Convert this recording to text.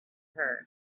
her